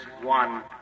one